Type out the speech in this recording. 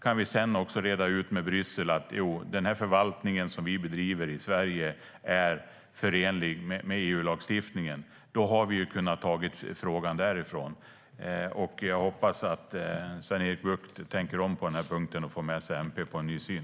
Kan vi sedan också reda ut med Bryssel att den förvaltning vi bedriver i Sverige är förenlig med EU-lagstiftningen kan vi ta frågan därifrån. Jag hoppas att Sven-Erik Bucht tänker om på denna punkt och får med sig MP på en ny syn.